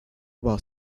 while